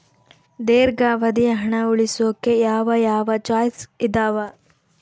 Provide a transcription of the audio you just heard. ದೇರ್ಘಾವಧಿ ಹಣ ಉಳಿಸೋಕೆ ಯಾವ ಯಾವ ಚಾಯ್ಸ್ ಇದಾವ?